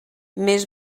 més